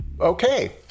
okay